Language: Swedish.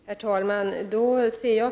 Herr talman!